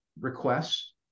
requests